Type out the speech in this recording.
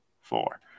four